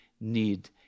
need